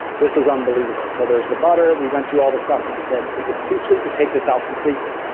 this is unbelievable. so there's the butter, we went through all the stuff, and i said, if it's too sweet, you take this out completely.